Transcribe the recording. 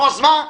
נו, אז מה?